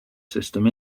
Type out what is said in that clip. system